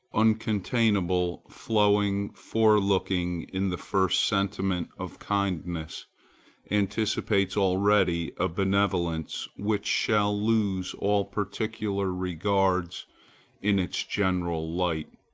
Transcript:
uncontainable, flowing, forelooking, in the first sentiment of kindness anticipates already a benevolence which shall lose all particular regards in its general light.